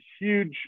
huge